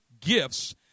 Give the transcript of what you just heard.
gifts